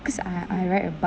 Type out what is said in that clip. cause I I right about